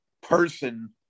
person